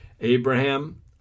Abraham